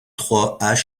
trois